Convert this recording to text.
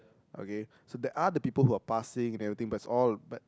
okay so there are the people who are passing and everything but it's all but